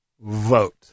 vote